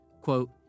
quote